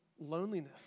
loneliness